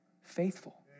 faithful